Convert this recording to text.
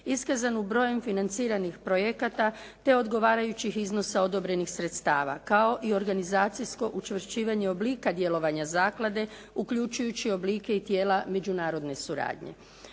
iskazanu brojem financiranih projekata te odgovarajućih iznosa odobrenih sredstava, kao i organizacijsko učvršćivanje oblika djelovanja zaklade, uključujući oblike i tijela međunarodne suradnje.